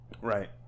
right